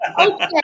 okay